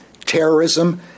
terrorism